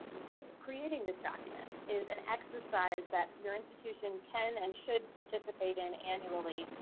this creating this document is an exercise that your institution can and should participate in annually.